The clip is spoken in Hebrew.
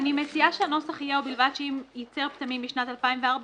אני מציעה שהנוסח יהיה: "ובלבד שאם ייצר פטמים משנת 2014,